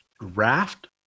raft